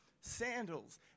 sandals